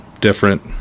different